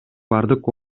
бардык